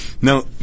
Now